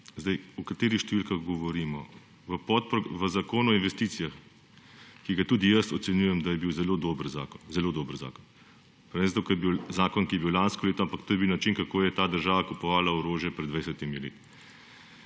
vrti. O katerih številkah govorimo? V Zakonu o investicijah, za katerega tudi jaz ocenjujem, da je bil zelo dober zakon, zelo dober zakon, pa ne zato, ker je bil zakon, ki je bil lansko leto, ampak to je bil način, kako je ta država kupovala orožje pred dvajsetimi